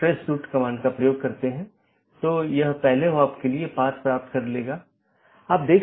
तो ये वे रास्ते हैं जिन्हें परिभाषित किया जा सकता है और विभिन्न नेटवर्क के लिए अगला राउटर क्या है और पथों को परिभाषित किया जा सकता है